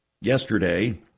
Yesterday